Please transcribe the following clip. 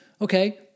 Okay